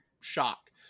shock